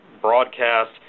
broadcast